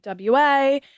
WA